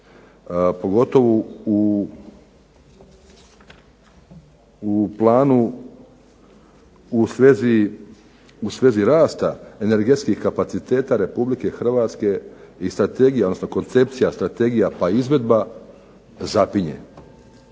pogotovo u planu u svezi rasta energetskih kapaciteta Republike Hrvatske i strategija, odnosno koncepcija strategija pa izvedba zapinje,